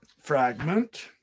fragment